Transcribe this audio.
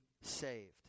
saved